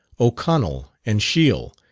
o'connell, and shiel,